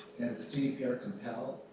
gdpr compel